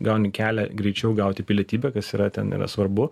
gauni kelią greičiau gauti pilietybę kas yra ten yra svarbu